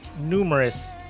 numerous